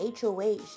HOH